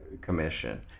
commission